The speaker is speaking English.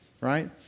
right